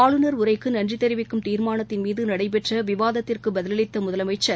ஆளுநர் உரைக்கு நன்றி தெரிவிக்கும் தீர்மானத்தின் மீது நடைபெற்ற விவாதத்திற்கு பதிலளித்த முதலனமச்சர்